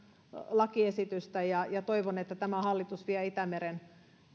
lakiesitystä ja ja toivon että tämä hallitus vie itämeren